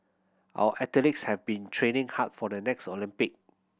our athletes have been training hard for the next Olympic